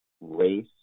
race